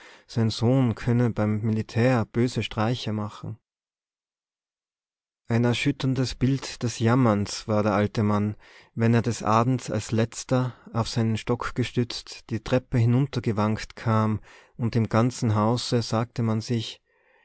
sein sohn könne beim militär böse streiche machen ein erschütterndes bild des jammers war der alte mann wenn er des abends als letzter auf seinen stock gestützt die treppe hinunter gewankt kam und im ganzen hause sagte man sich